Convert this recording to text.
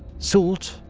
soult,